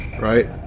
right